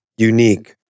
Unique